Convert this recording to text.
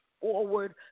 forward